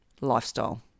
lifestyle